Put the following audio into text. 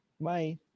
Bye